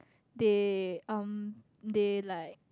they um they like